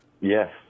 Yes